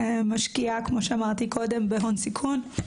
משקיעה כמו שאמרתי קודם בהון סיכון.